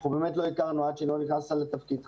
אנחנו באמת לא הכרנו, עד שלא נכנסת לתפקידך.